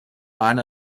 iron